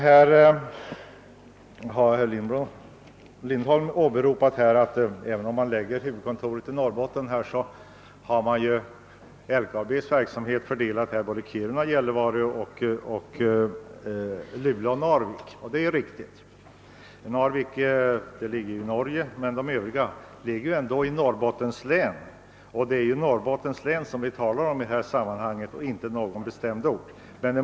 Herr Lindholm sade att även om huvudkontoret förlägges till Norrbotten har LKAB ändå sin verksamhet fördelad på flera orter: Gällivare, Kiruna, Luleå och Narvik. Det är naturligtvis riktigt. Narvik ligger förstås i Norge, men de övriga orterna tillhör ju Norrbottens län, och det är länet vi här talar om, inte om någon bestämd ort.